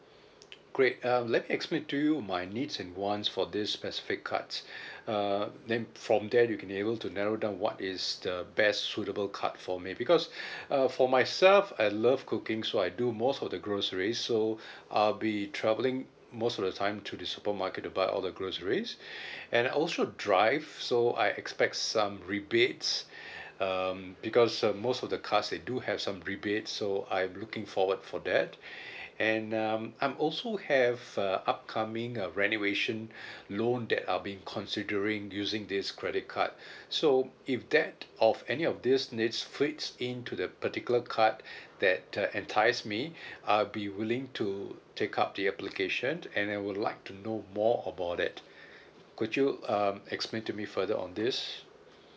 great um let me explain to you my needs and wants for this specific cards uh then from there you can able to narrow down what is the best suitable card for me because uh for myself I love cooking so I do most of the groceries so I'll be travelling most of the time to the supermarket to buy all the groceries and I also drive so I expect some rebates um because uh most of the cards they do have some rebate so I'm looking forward for that and um I'm also have a upcoming uh renovation loan that I've been considering using this credit card so if that of any of this needs fits into the particular card that uh entice me I'll be willing to take up the application and I would like to know more about that could you um explain to me further on this